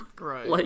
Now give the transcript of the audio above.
Right